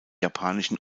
japanischen